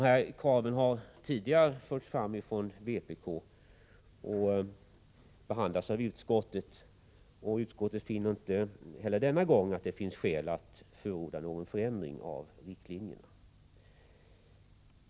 De här kraven har tidigare förts fram från vpk och behandlats av utskottet, och utskottet finner inte heller denna gång att det finns skäl att förorda någon förändring av riktlinjerna.